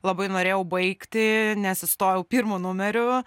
labai norėjau baigti nes įstojau pirmu numeriu